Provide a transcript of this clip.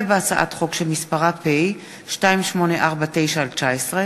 הצעת חוק פיקוח על רווחי שיווק בתוצרת חקלאית,